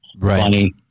funny